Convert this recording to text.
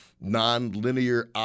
non-linear